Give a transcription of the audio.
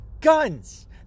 Guns